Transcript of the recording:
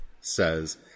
says